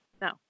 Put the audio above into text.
No